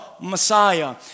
Messiah